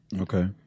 Okay